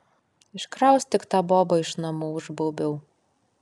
iškraustyk tą bobą iš namų užbaubiau